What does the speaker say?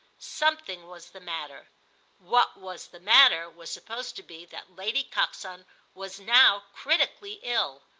something was the matter what was the matter was supposed to be that lady coxon was now critically ill.